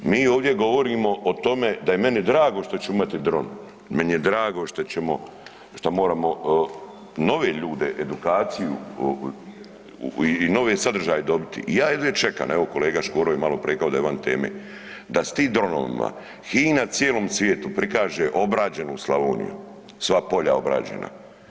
Mi ovdje govorimo o tome da je meni drago što će imati dron, meni je drago što moramo nove ljude edukaciju i nove sadržaje dobit i ja jedva čekam, evo kolega Škoro je maloprije rekao da je van teme, da s tim dronovima HINA cijelom svijetu prikaže obrađenu Slavoniju, sva polja obrađena.